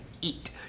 eat